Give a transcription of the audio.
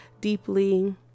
deeply